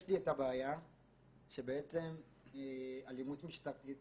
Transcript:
יש לי את הבעיה של אלימות משטרתית